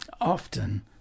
often